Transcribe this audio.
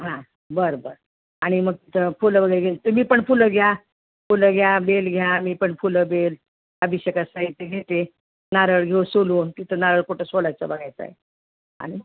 हा बरं बरं आणि मग तिथं फुलं वगैरे घे तुमी पण फुलं घ्या फुलं घ्या बेल घ्या मीपण फुलं बेल अभिषेकाचे साहित्य घेते नारळ घेऊ सोलून तिथं नारळ कुठं सोलायचं बघायचा आहे आणि